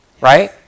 right